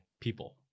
people